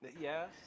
Yes